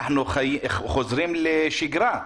אנחנו חוזרים לשגרה,